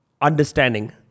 understanding